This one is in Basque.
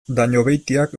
dañobeitiak